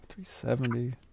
370